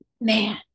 Man